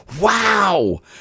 Wow